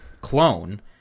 clone